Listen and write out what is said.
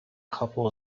couple